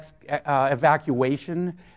evacuation